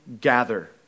gather